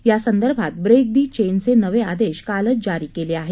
यासंदर्भात break the चेनचे नवे आदेश कालच जारी केले आहेत